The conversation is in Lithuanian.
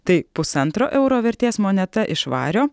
tai pusantro euro vertės moneta iš vario